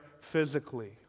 physically